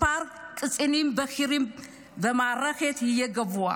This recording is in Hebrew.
כשמספר הקצינים הבכירים במערכת יהיה גבוה.